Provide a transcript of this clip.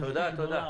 זו זכות גדולה.